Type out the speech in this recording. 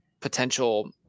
potential